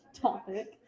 topic